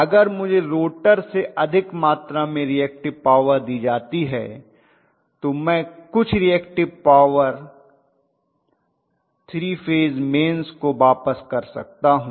अगर मुझे रोटर से अधिक मात्रा में रीऐक्टिव पॉवर दी जा रही है तो मैं कुछ रीऐक्टिव पॉवर 3 फेज मेंस को वापस कर सकता हूं